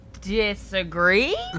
disagree